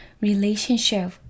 relationship